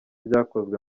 byakozwe